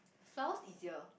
sounds easier